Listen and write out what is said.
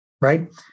right